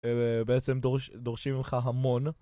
בעצם דורשים ממך המון